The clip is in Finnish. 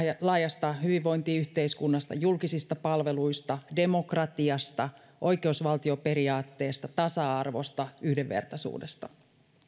laajasta hyvinvointiyhteiskunnasta julkisista palveluista demokratiasta oikeusvaltioperiaatteesta tasa arvosta yhdenvertaisuudesta